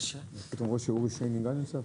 (היו"ר אורי מקלב, 13:57)